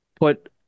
put